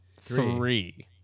three